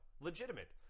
legitimate